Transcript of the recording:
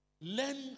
learn